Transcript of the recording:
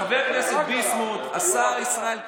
חבר הכנסת ביסמוט, השר ישראל כץ,